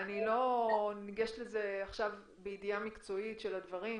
אני לא ניגשת לזה עכשיו בידיעה מקצועית של הדברים,